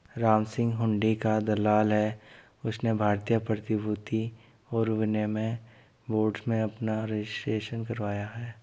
रामसिंह हुंडी का दलाल है उसने भारतीय प्रतिभूति और विनिमय बोर्ड में अपना रजिस्ट्रेशन करवाया है